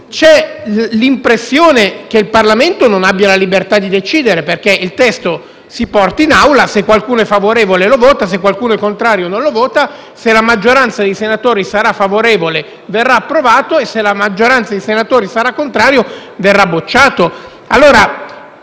Ho l'impressione che il Parlamento non abbia la libertà di decidere, perché il testo si porta in Aula, poi se qualcuno è favorevole lo vota e se qualcuno è contrario non lo vota, se la maggioranza sarà favorevole verrà approvato, se la maggioranza dei senatori sarà contraria verrà bocciato. Non